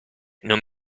non